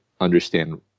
understand